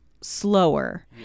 slower